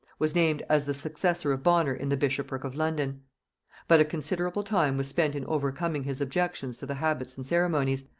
was named as the successor of bonner in the bishopric of london but a considerable time was spent in overcoming his objections to the habits and ceremonies,